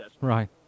Right